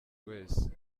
wese